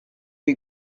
you